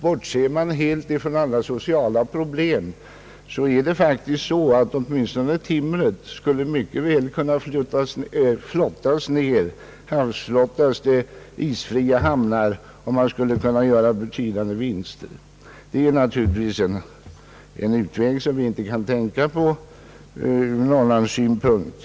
Bortser man från sociala synpunkter, skulle timmer från Norrland med fördel kunna flottas söderut till isfria hamnar för förädling och därmed nå betydande vinster. Det är naturligtvis en utveckling som man inte räknar med ur norrländsk synvinkel.